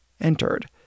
entered